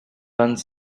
vingt